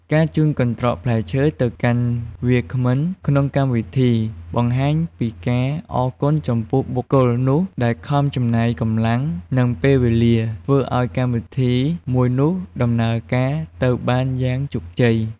ការជូនកន្ត្រកផ្លែឈើទៅកាន់វាគ្មិនក្នុងកម្មវិធី បង្ហាញពីការអរគុណចំពោះបុគ្គលនោះ ដែលខំចំណាយកម្លាំង និងពេលវេលា ធ្វើឱ្យកម្មវិធីមួយនោះដំណើរការទៅបានយ៉ាងជោគជ័យ។